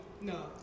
no